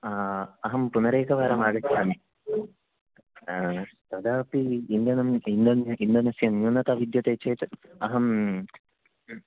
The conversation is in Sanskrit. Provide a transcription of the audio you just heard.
अहं पुनरेकवारम् आगच्छामि तदापि इन्धनम् इन्धन् इन्धनस्य न्यूनता विद्यते चेत् अहम्